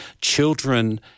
children